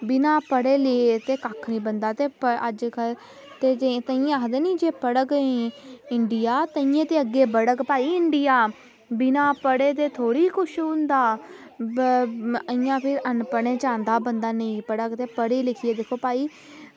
बिना पढ़े लिखे दे कक्ख निं बनदा ते अज्जकल ते ताहीं आक्खदे नी जे पढ़ग कोई इंडिया ते ताहीं अग्घें बढ़ग इंडिया बिना पढ़े दे थोह्ड़े कुछ होंदा ते इंया ते अनपढ़ें च आंदा बंदा नेईं पढ़ग ते पढ़ी लिखियै भई